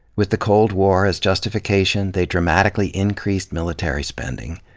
with the cold war as justification, they dramatically increased military spending.